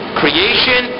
creation